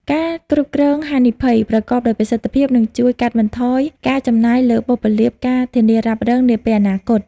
ការគ្រប់គ្រងហានិភ័យ ប្រកបដោយប្រសិទ្ធភាព នឹងជួយកាត់បន្ថយការចំណាយលើបុព្វលាភ ការធានារ៉ាប់រង នាពេលអនាគត។